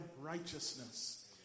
righteousness